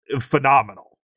phenomenal